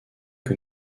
que